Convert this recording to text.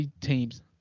teams